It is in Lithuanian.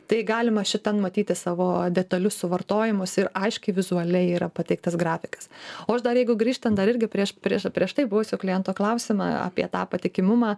tai galima šitam matyti savo detalius suvartojimus ir aiškiai vizualiai yra pateiktas grafikas o aš dar jeigu grįžtant dar irgi prieš prieš prieš tai buvusio kliento klausimą apie tą patikimumą